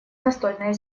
настольное